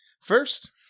First